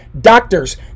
doctors